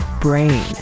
brain